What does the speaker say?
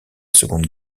seconde